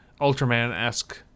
ultraman-esque